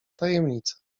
tajemnica